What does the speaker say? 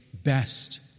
best